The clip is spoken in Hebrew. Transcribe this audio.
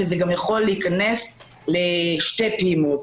זה גם יכול להיכנס לשתי פעימות,